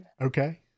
Okay